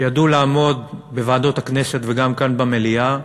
שידעו לעמוד בוועדות הכנסת וגם כאן במליאה,